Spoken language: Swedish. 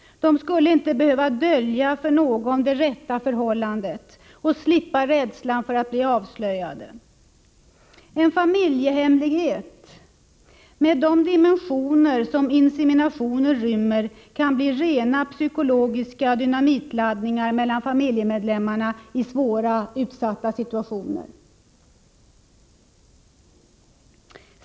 De skulle inte behöva dölja det rätta förhållandet för någon och slippa rädslan för att bli avslöjade. En familjehemlighet med de dimensioner som en insemination rymmer kan bli rena psykologiska dynamitladdningar mellan familjemedlemmarna i svåra, utsatta situationer.